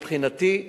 מבחינתי,